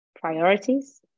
priorities